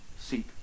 seat